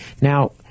Now